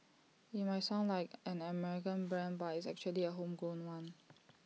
IT might sound like an American brand but it's actually A homegrown one